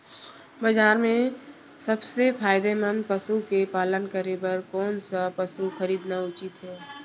बजार म सबसे फायदामंद पसु के पालन करे बर कोन स पसु खरीदना उचित हे?